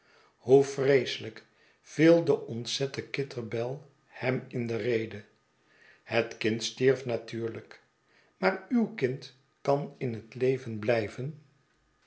hoe vreeselijk viel de ontzette kitterbell hem in de rede het kind stierf natuurlijk maar uw kind kan in het leven blijven